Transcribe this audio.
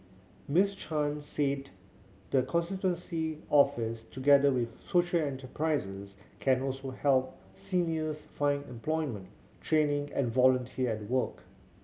Miss Chan said the constituency office together with social enterprises can also help seniors find employment training and volunteer at work